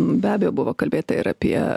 be abejo buvo kalbėta ir apie